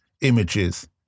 images